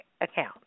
account